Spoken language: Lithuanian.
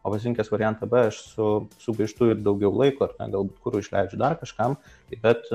o pasirinkęs variantą b aš su sugaištu ir daugiau laiko galbūt kurui išleidžiu dar kažkam bet